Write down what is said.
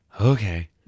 okay